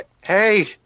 Hey